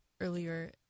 earlier